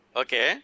okay